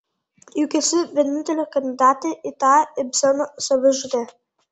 juk esi vienintelė kandidatė į tą ibseno savižudę